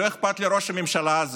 לשאלה הראשונה,